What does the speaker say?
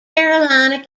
carolina